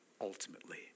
ultimately